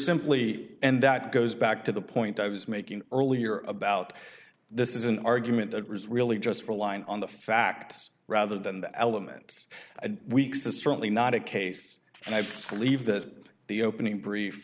simply and that goes back to the point i was making earlier about this is an argument that really just relying on the facts rather than the elements of weeks is certainly not a case and i believe that the opening brief